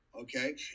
okay